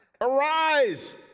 Arise